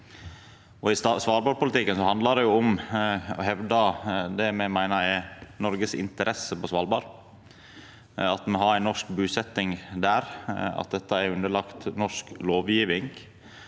I svalbardpolitikken handlar det om å hevda det me meiner er Noregs interesser på Svalbard, at me har ei norsk busetjing der, at dette er underlagt norsk lovgjeving,